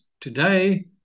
Today